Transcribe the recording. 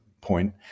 point